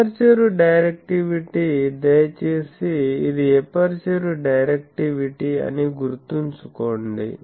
aperture directivity దయచేసి ఇది aperture directivity అని గుర్తుంచుకోండి